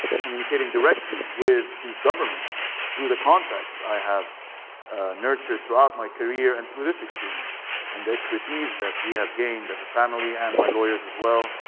communicating directly with these governments through the contacts i have nurtured throughout my career and through this experience and the expertise that we have gained as a family and my lawyers as well.